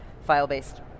file-based